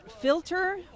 filter